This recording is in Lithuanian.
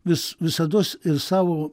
vis visados ir savo